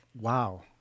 wow